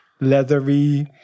leathery